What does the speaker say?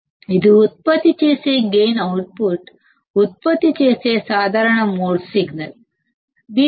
common mode signal ని amplify చేసి output ని ఉత్పత్తి చేసే గైన్ ని